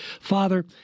Father